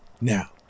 Now